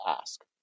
ask